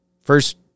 First